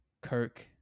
Kirk